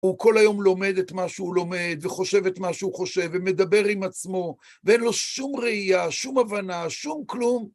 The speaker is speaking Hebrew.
הוא כל היום לומד את מה שהוא לומד, וחושב את מה שהוא חושב, ומדבר עם עצמו, ואין לו שום ראייה, שום הבנה, שום כלום.